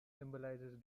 symbolizes